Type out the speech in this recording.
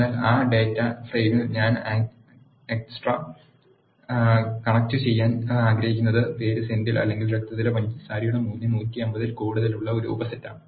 എന്നാൽ ആ ഡാറ്റാ ഫ്രെയിമിൽ ഞാൻ എക്സ്ട്രാക്റ്റുചെയ്യാൻ ആഗ്രഹിക്കുന്നത് പേര് സെന്തിൽ അല്ലെങ്കിൽ രക്തത്തിലെ പഞ്ചസാരയുടെ മൂല്യം 150 ൽ കൂടുതലുള്ള ഒരു ഉപസെറ്റാണ്